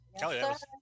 Yes